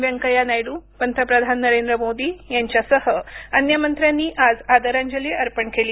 व्यंकय्या नायडू पंतप्रधान नरेंद्र मोदी यांच्यासह अन्य मंत्र्यांनी आज आदरांजली अर्पण केली